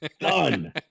done